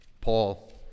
Paul